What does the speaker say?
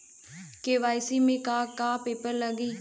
KYC में का का पेपर लगी?